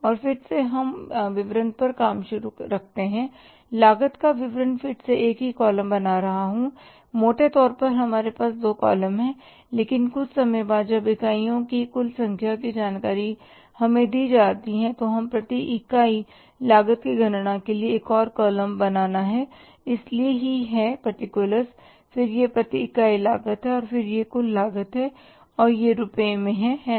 और फिर से हम विवरण पर काम शुरू रखते हैं लागत का विवरण फिर से एक ही कॉलम बना रहा हूं मोटे तौर पर हमारे पास दो कॉलम हैं लेकिन कुछ समय बाद जब इकाइयों की कुल संख्या की जानकारी हमें दी जाती है तो हम प्रति इकाई लागत की गणना के लिए एक और कॉलम बनाना है इसलिए ही है पार्टिकुलर्स फिर यह प्रति इकाई लागत है और फिर यह कुल लागत है और यह रुपये में है है ना